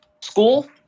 school